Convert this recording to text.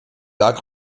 dark